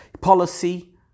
policy